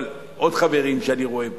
עוד חברים שאני רואה פה.